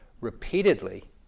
repeatedly